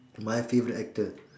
my favourite actor